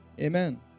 Amen